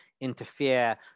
interfere